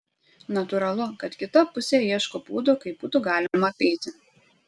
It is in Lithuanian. natūralu kad kita pusė ieško būdų kaip būtų galima apeiti